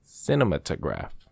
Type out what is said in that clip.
Cinematograph